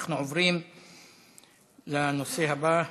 אנחנו עוברים לנושא הבא.